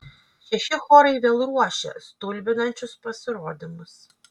šeši chorai vėl ruošia stulbinančius pasirodymus